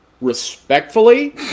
respectfully